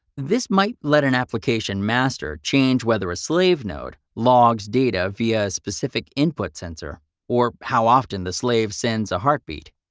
this might let an application master change whether a slave node logs data via a specific input sensor or how often the slave sends a heartbeat.